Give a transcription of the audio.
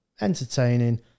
entertaining